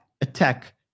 attack